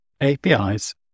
APIs